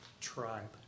tribe